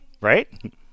Right